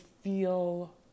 feel